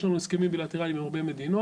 יש לנו הסכמים בילטראליים עם הרבה מדינות